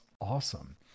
awesome